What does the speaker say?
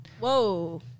Whoa